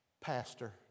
pastor